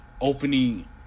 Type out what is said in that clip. opening